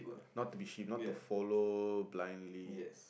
not to be sheep not to follow blindly